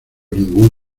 ningún